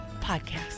Podcast